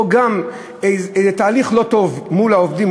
או גם תהליך לא טוב מול העובדים,